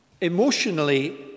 emotionally